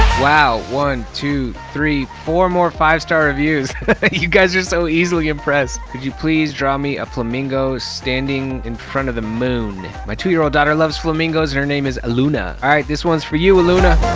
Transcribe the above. wow! one, two, three, four more five star reviews! laughs you guys are so easily impressed! could you please draw me a flamingo standing in front of the moon? my two-year-old daughter loves flamingos and her name is luna. all right, this one's for you luna!